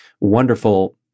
wonderful